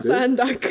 Sandak